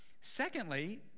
Secondly